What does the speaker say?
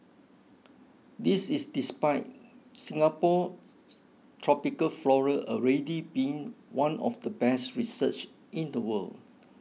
this is despite Singapore tropical flora already being one of the best researched in the world